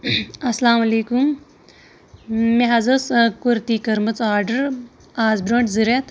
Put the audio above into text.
السلام علیکُم مےٚ حظ ٲسۍ کُرتی کٔرمٕژ آرڈر آز برونٹھ زٕ رٮ۪تھ